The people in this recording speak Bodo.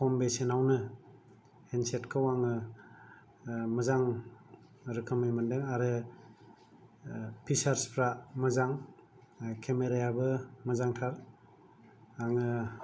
खम बेसेनावनो हेन्डसेटखौ आङो मोजां रोखोमनि मोदों आरो फिसार्सफ्रा मोजां केमेरायाबो मोजांथार आङो